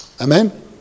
Amen